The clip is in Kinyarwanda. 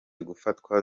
gufatwa